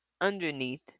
underneath